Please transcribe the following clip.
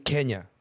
Kenya